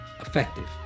Effective